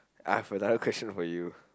uh for another question for you